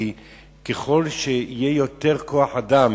ככל שיהיה יותר כוח-אדם